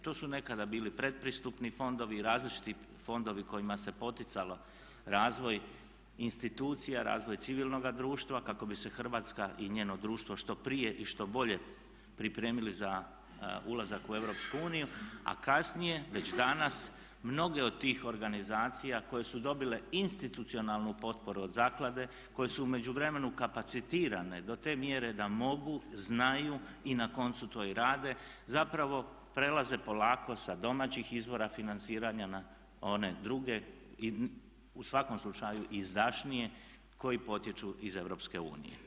To su nekada bili pretpristupni fondovi, različiti fondovi kojima se poticao razvoj institucija, razvoj civilnoga društva kako bi se Hrvatska i njeno društvo što prije i što bolje pripremili za ulazak u EU a kasnije već danas mnoge od tih organizacija koje su dobile institucionalnu potporu od zaklade koje su u međuvremenu kapacitirane do te mjere da mogu, znaju i na koncu to i rade zapravo prelaze polako sa domaćih izvora financiranja na one druge i u svakom slučaju izdašnije koji potječu iz EU.